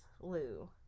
lou